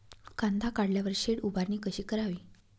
कांदा काढल्यावर शेड उभारणी कशी करावी?